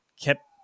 kept